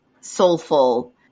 soulful